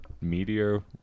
Meteor